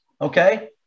okay